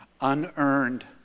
unearned